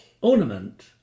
Ornament